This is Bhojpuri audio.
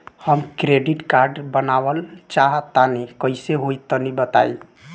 हम क्रेडिट कार्ड बनवावल चाह तनि कइसे होई तनि बताई?